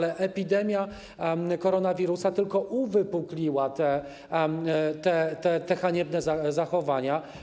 Epidemia koronawirusa tylko uwypukliła te haniebne zachowania.